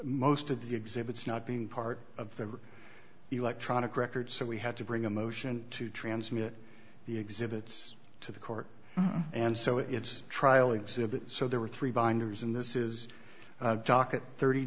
most of the exhibits not being part of the electronic records so we had to bring a motion to transmit the exhibits to the court and so it's trial exhibit so there were three binders in this is docket thirty